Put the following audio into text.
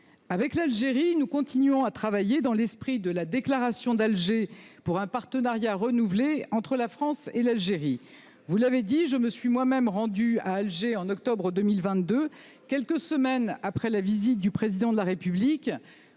Avec l'Algérie, nous continuons à travailler dans l'esprit de la déclaration d'Alger, pour un partenariat renouvelé entre la France et celle-ci. () Vous l'avez indiqué, je me suis moi-même rendue à Alger au mois d'octobre 2022, quelques semaines après la visite du Président de la République,